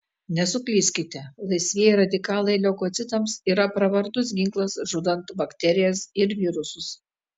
nesuklyskite laisvieji radikalai leukocitams yra pravartus ginklas žudant bakterijas ir virusus